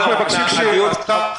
חבר הכנסת שלח, אנחנו מבקשים --- לא, לא.